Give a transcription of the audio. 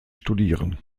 studieren